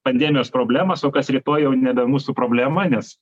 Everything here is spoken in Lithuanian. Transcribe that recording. pandemijos problemas o kas rytoj jau nebe mūsų problema nes